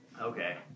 Okay